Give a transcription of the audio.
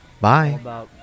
Bye